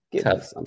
Tough